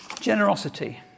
Generosity